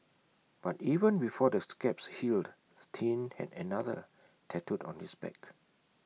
but even before the scabs healed the teen had another tattooed on his back